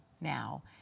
now